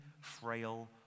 frail